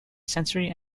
sensory